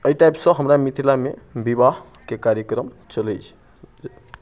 एहि टाइपसँ हमरा मिथिलामे विवाहके कार्यक्रम चलैत छै